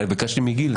אבל ביקשתי מגיל.